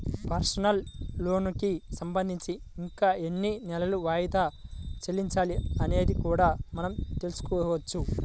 personal లోనుకి సంబంధించి ఇంకా ఎన్ని నెలలు వాయిదాలు చెల్లించాలి అనేది కూడా మనం తెల్సుకోవచ్చు